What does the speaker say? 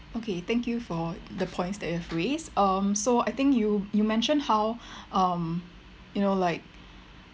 okay thank you for the points that you have raised um so I think you you mentioned how um you know like